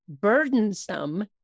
burdensome